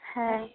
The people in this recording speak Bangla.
হ্যাঁ